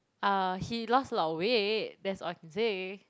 ah he lost a lot of weight that's all I can say